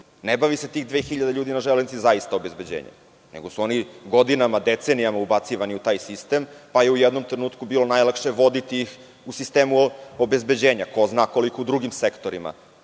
Ne bavi se tih dve hiljade ljudi na železnici zaista obezbeđenjem nego su oni godinama, decenijama ubacivani u taj sistem, pa je u jednom trenutku bilo najlakše voditi i u sistemu obezbeđenja. Ko zna koliko u drugim sektorima